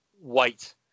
wait